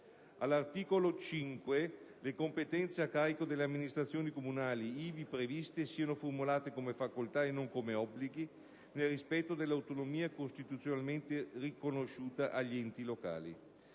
all'articolo 5, le competenze a carico delle amministrazioni comunali ivi previste siano formulate come facoltà e non come obblighi, nel rispetto dell'autonomia costituzionalmente riconosciuta agli enti locali.